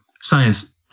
science